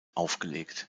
aufgelegt